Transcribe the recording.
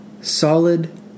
solid